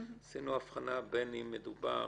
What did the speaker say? עשינו הבחנה בין אם מדובר